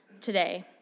today